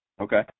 Okay